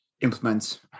implement